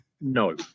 No